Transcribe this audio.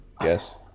guess